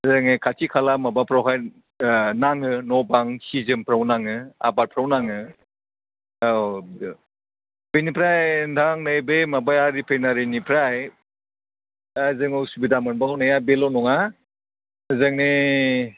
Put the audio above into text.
जोंनि खाथि खाला माबाफ्रावहाय नाङो न बां सि जोमफ्राव नाङो आबादफ्राव नाङो औ बेनिफ्राय नोंथां नै बे माबाया रिफाइनारिनिफ्राय दा जों असुबिदा मोनबावनाया बेल' नङा जोंनि